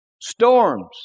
storms